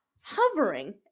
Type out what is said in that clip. hovering